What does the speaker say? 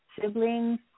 siblings